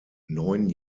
neun